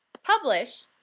publish,